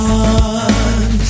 one